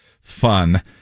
fun